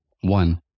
one